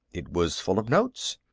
it was full of notes.